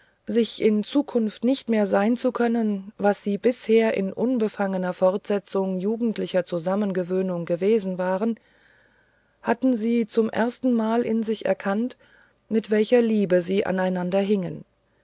sich in zukunft nicht mehr sehen zu können was sie bisher in unbefangener fortsetzung jugendlicher zusammengewöhnung gewesen waren hatten sie zum erstenmal in sich erkannt mit welcher liebe sie aneinander hingen